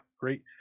great